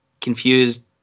Confused